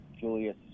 Julius